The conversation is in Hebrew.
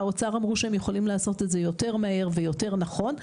האוצר אמרו שהם יכולים לעשות את זה יותר מהר ויותר נכון.